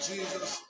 Jesus